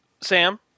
Sam